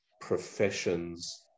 professions